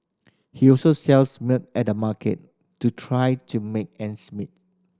he also sells milk at the market to try to make ends meet